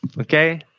okay